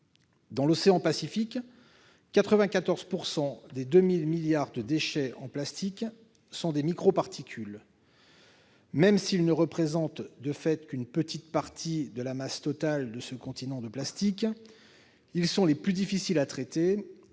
dans l'océan Pacifique 94 pourcent des 2000 milliards de déchets en plastique sont des micro-particules. Même s'il ne représentent, de fait, qu'une petite partie de la masse totale de ce continent de plastique, ils sont les plus difficiles à traiter